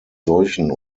solchen